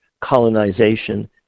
Colonization